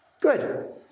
Good